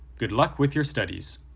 good luck with your studies.